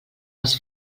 els